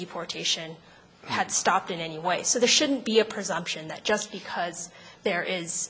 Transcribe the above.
deportation had stopped in any way so there shouldn't be a presumption that just because there is